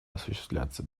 осуществляться